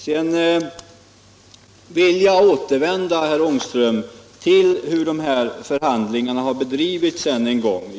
Sedan vill jag, herr Ångström, än en gång beröra hur de här förhandlingarna bedrivits.